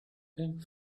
pink